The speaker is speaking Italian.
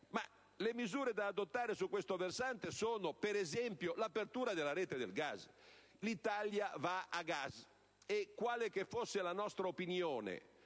Le misure da adottare su questo versante sono, per esempio, l'apertura della rete del gas. L'Italia va a gas e, quale che fosse la nostra opinione